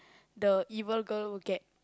the evil girl will get